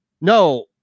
No